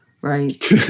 right